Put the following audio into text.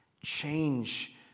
change